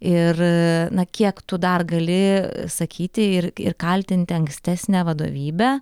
ir na kiek tu dar gali sakyti ir ir kaltinti ankstesnę vadovybę